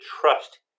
trust